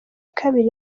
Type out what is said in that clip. kabiri